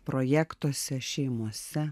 projektuose šeimose